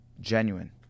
genuine